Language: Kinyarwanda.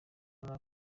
mula